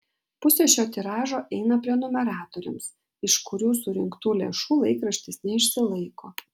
pusė šio tiražo eina prenumeratoriams iš kurių surinktų lėšų laikraštis neišsilaiko